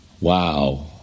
Wow